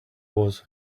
was